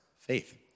faith